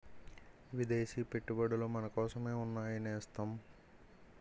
విదేశీ పెట్టుబడులు మనకోసమే ఉన్నాయి నేస్తం